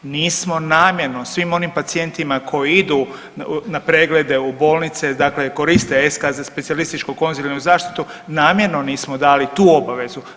Nismo namjerno svim onim pacijentima koji idu na preglede u bolnice, dakle koriste …/nerazumljivo/… specijalističko konzilijarnu zaštitu namjerno nismo dali tu obavezu.